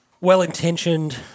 well-intentioned